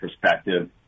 perspective